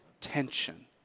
Tension